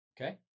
Okay